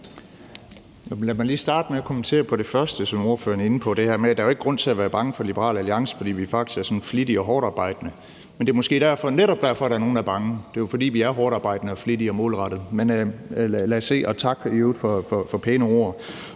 Lad mig lige starte med at kommentere på det første, som ordføreren kom ind på, nemlig det her med, at der jo ikke er grund til at være bange for Liberal Alliance, fordi vi faktisk er flittige og hårdtarbejdende. Men det er måske netop derfor, at der er nogle, der er bange. Det er jo, fordi vi er hårdtarbejdende og flittige og målrettede. Men lad os se. Og tak for de pæne ord